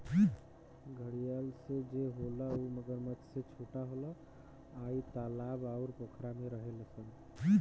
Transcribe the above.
घड़ियाल जे होला उ मगरमच्छ से छोट होला आ इ तालाब अउर पोखरा में रहेले सन